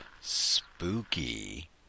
spooky